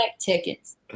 tickets